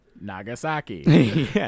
Nagasaki